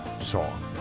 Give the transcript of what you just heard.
song